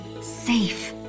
safe